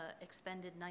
expended